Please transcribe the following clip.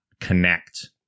connect